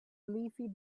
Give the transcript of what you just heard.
leafy